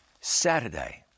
Saturday